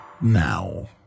now